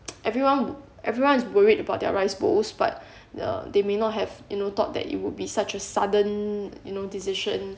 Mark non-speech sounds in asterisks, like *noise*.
*noise* everyone everyone is worried about their rice bowls but uh they may not have you know thought that it would be such as sudden you know decision